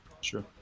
Sure